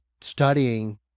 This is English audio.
studying